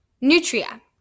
nutria